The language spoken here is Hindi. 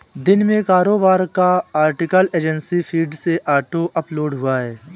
दिन में कारोबार का आर्टिकल एजेंसी फीड से ऑटो अपलोड हुआ है